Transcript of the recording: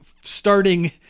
starting